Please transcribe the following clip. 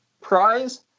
prize